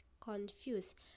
confused